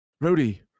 Rudy